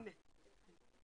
ריענון חוק